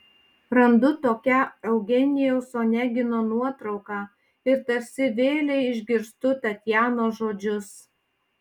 randu tokią eugenijaus onegino nuotrauką ir tarsi vėlei išgirstu tatjanos žodžius